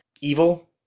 evil